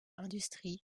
industries